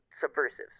subversives